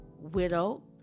widow